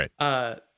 Right